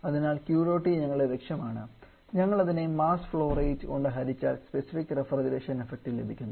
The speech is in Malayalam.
അതിനാൽ Q dot E ഞങ്ങളുടെ ലക്ഷ്യമാണ് ഞങ്ങൾ അതിനെ മാസ് ഫ്ലോ റേറ്റ് കൊണ്ട് ഹരിച്ചാൽ സ്പെസിഫിക് റഫ്രിജറേഷൻ ഇഫക്റ്റ് ലഭിക്കുന്നു